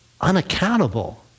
unaccountable